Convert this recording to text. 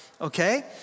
okay